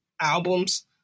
albums